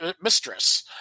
mistress